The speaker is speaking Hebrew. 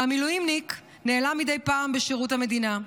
והמילואימניק נעלם מדי פעם בשירות המדינה.